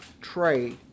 tray